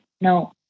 No